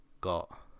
got